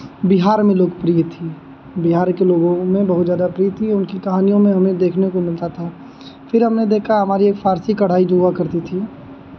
बिहार में लोकप्रिय थी बिहार के लोगों में बहुत ज़्यादा प्रिय थी उनकी कहानियों में हमें देखने को मिलता था फिर हमने देखा हमारी एक फ़ारसी कढ़ाई जो हुआ करती थी